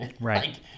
Right